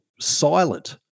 silent